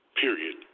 period